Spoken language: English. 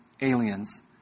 aliens